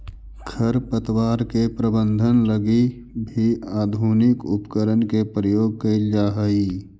खरपतवार के प्रबंधन लगी भी आधुनिक उपकरण के प्रयोग कैल जा हइ